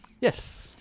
yes